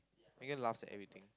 Megan laughs at everything